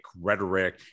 rhetoric